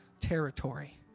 territory